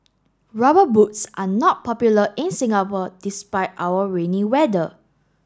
rubber boots are not popular in Singapore despite our rainy weather